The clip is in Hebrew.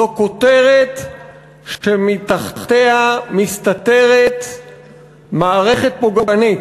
זו כותרת שמתחתיה מסתתרת מערכת פוגענית.